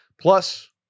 plus